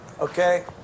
okay